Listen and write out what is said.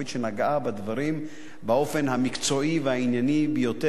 היא נגעה בדברים באופן המקצועי והענייני ביותר,